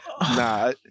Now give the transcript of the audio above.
nah